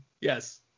Yes